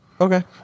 Okay